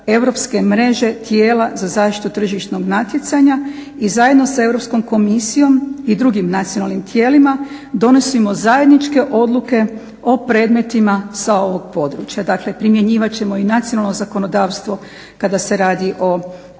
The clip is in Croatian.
europske mreže tijela za zaštitu tržišnog natjecanja i zajedno sa Europskom komisijom i drugim nacionalnim tijelima donosimo zajedničke odluke o predmetima sa ovog područja. Dakle, primjenjivat ćemo i nacionalno zakonodavstvo kada se radi o isključivo